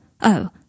Oh